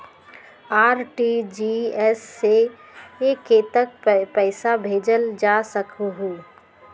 RTGS से कतेक पैसा भेजल जा सकहु???